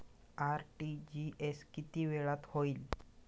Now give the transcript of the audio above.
RTGS किती वेळात होईल?